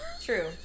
True